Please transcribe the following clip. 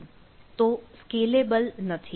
તો સ્કેલેબલ નથી